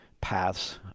paths